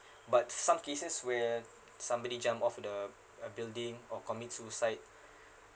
but some cases where somebody jump off the a building or commit suicide